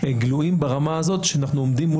גלויים ברמה הזאת שאנחנו עומדים מול